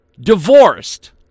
divorced